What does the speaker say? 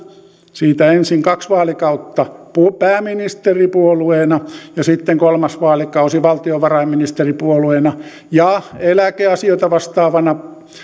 siitä ensin kaksi vaalikautta pääministeripuolueena ja sitten kolmas vaalikausi valtiovarainministeripuolueena ja eläkeasioista vastaavana